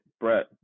Brett